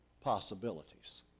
possibilities